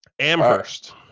Amherst